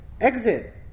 exit